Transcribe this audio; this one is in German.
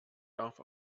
darf